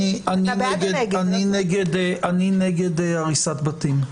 אני נגד הריסת בתים.